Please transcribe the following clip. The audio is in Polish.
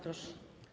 Proszę.